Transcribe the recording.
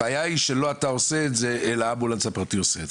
הבעיה היא שלא אתה עושה את זה אלא האמבולנס הפרטי.